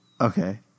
Okay